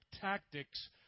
tactics